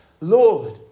Lord